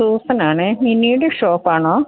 സൂസനാണേ മിനിയുടെ ഷോപ്പാണോ